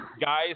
guys